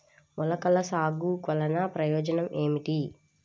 మొలకల సాగు వలన ప్రయోజనం ఏమిటీ?